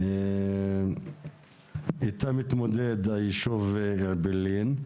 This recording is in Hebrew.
שאיתה מתמודד הישוב אעבלין.